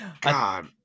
God